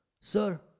sir